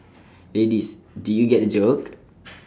ladies did you get the joke